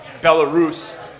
Belarus